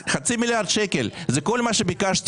אחרי מה שראינו